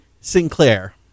Sinclair